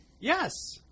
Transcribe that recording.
Yes